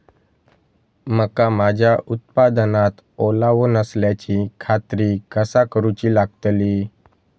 मका माझ्या उत्पादनात ओलावो नसल्याची खात्री कसा करुची लागतली?